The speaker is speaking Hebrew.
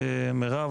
מירב,